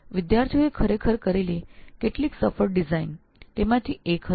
વિદ્યાર્થીઓએ કરેલી કેટલીક સફળ ડિઝાઇન તેમાંથી તે એક હતી